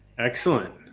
Excellent